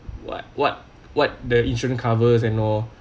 what what what the insurance covers and all